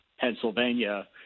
Pennsylvania